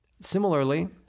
Similarly